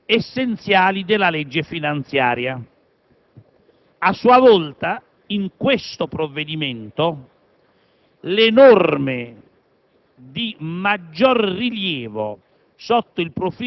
una delle fonti di copertura essenziali della legge finanziaria. A sua volta, in questo provvedimento le norme